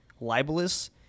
libelous